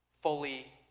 fully